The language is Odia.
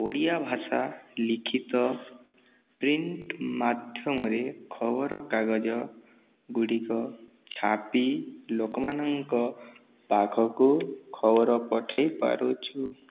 ଓଡ଼ିଆ ଭାଷା ଲିଖିତ ପ୍ରିଣ୍ଟ ମାଧ୍ୟମରେ ଖବରକାଗଜ ଗୁଡ଼ିକ ଛାପି ଲୋକମାନଙ୍କ ପାଖକୁ ଖବର ପଠେଇ ପାରୁଛୁ